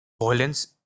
violence